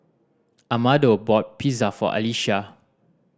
Amado bought Pizza for Alisha